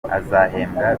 azahembwa